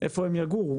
ואיפה הם יגורו